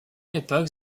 époque